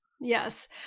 Yes